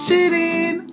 Sitting